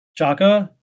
Jaka